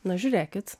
na žiūrėkit